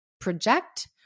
project